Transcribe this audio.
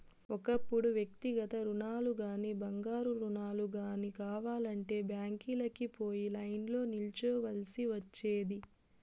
ఒకప్పుడు వ్యక్తిగత రుణాలుగానీ, బంగారు రుణాలు గానీ కావాలంటే బ్యాంకీలకి పోయి లైన్లో నిల్చోవల్సి ఒచ్చేది